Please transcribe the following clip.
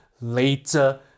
later